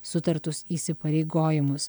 sutartus įsipareigojimus